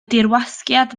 dirwasgiad